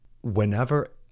whenever